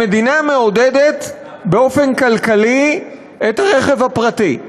המדינה מעודדת באופן כלכלי את הרכב הפרטי.